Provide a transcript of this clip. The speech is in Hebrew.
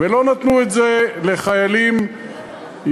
ולא נתנו את זה לחיילים יהודים,